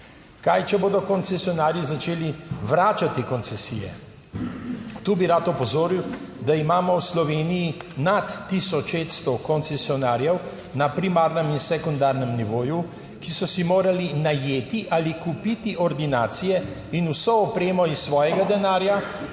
Kaj če bodo koncesionarji začeli vračati koncesije? Tu bi rad opozoril, da imamo v Sloveniji Nad 1600 koncesionarjev. Na primarnem in sekundarnem nivoju, ki so si morali najeti ali kupiti ordinacije in vso opremo iz svojega denarja